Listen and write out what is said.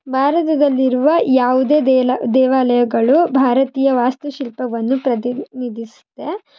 ಭಾರತದಲ್ಲಿರುವ ಯಾವುದೇ ದೇಲ ದೇವಾಲಯಗಳು ಭಾರತೀಯ ವಾಸ್ತುಶಿಲ್ಪವನ್ನು ಪ್ರತಿನಿಧಿಸುತ್ತೆ